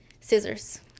Scissors